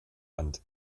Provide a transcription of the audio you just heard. hand